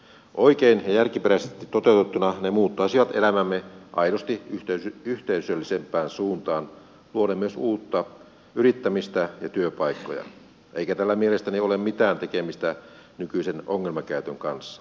oikein ja järkiperäisesti toteutettuna ne muuttaisivat elämäämme aidosti yhteisöllisempään suuntaan luoden myös uutta yrittämistä ja työpaikkoja eikä tällä mielestäni ole mitään tekemistä nykyisen ongelmakäytön kanssa